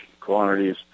quantities